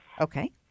Okay